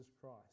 christ